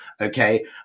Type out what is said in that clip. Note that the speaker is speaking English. okay